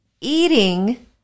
eating